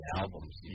albums